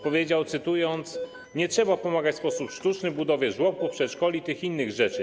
Powiedział, cytując: Nie trzeba pomagać w sposób sztuczny w budowie żłobków, przedszkoli, tych innych rzeczy.